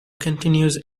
continues